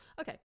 Okay